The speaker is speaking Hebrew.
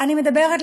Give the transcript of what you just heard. אני מדברת,